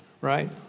right